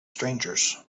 strangers